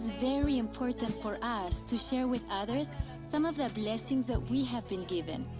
very important for us to share with others some of the blessings that we have been given.